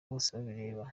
bosebabireba